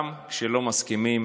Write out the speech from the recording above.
גם כשלא מסכימים